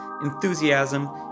enthusiasm